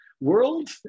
World